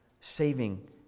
saving